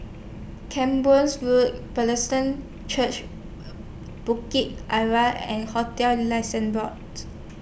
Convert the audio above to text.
Camborne Road Bethesda Church Bukit Arang and hotels Licensing Board